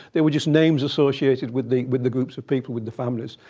they were just names associated with the with the groups of people, with the families.